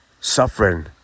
Suffering